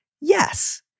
Yes